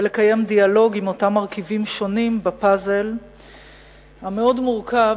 ולקיים דיאלוג עם אותם מרכיבים שונים בפאזל המאוד מורכב